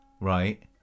Right